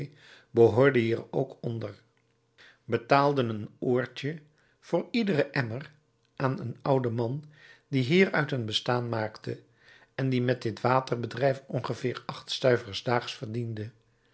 behoorde hier ook onder betaalden een oordje voor iederen emmer aan een ouden man die hieruit een bestaan maakte en die met dit waterbedrijf ongeveer acht stuivers daags verdiende